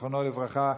זיכרונו לברכה,